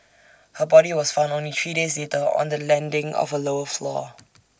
her body was found only three days later on the landing of A lower floor